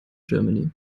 germany